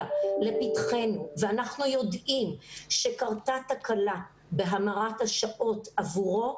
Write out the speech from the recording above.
לפתחנו ואנחנו יודעים שקרתה תקלה בהמרת השעות עבורו,